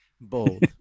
Bold